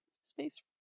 Space